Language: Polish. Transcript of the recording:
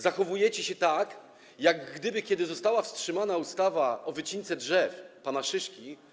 Zachowujecie się tak jak wtedy, kiedy została wstrzymana ustawa o wycince drzew pana Szyszki.